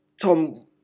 Tom